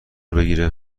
بگیره